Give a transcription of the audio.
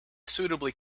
suitably